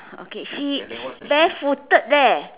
okay she's barefooted there